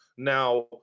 now